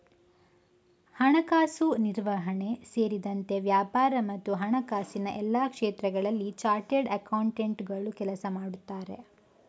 ಹಣಕಾಸು ನಿರ್ವಹಣೆ ಸೇರಿದಂತೆ ವ್ಯಾಪಾರ ಮತ್ತು ಹಣಕಾಸಿನ ಎಲ್ಲಾ ಕ್ಷೇತ್ರಗಳಲ್ಲಿ ಚಾರ್ಟರ್ಡ್ ಅಕೌಂಟೆಂಟುಗಳು ಕೆಲಸ ಮಾಡುತ್ತಾರೆ